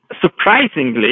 Surprisingly